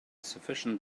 sufficient